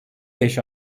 beş